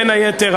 בין היתר,